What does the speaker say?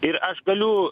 ir aš galiu